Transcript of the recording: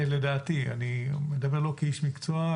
לדעתי אני לא מדבר לא כאיש מקצוע,